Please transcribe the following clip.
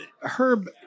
Herb